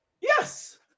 yes